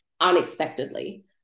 unexpectedly